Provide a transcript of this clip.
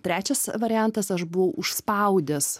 trečias variantas aš buvau užspaudęs